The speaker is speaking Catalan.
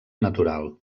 natural